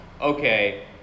okay